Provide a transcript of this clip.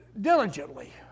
Diligently